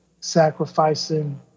sacrificing